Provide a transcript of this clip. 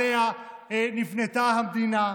שעליה נבנתה המדינה,